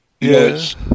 yes